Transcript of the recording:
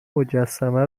مجسمه